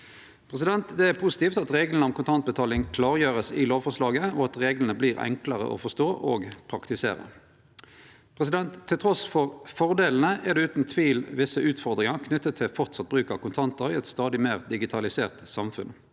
Det er positivt at reglane om kontantbetaling vert klargjorde i lovforslaget, og at reglane vert enklare å forstå og praktisere. Trass i fordelane er det utan tvil visse utfordringar knytte til framleis bruk av kontantar i eit stadig meir digitalisert samfunn.